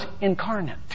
incarnate